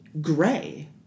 Gray